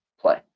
play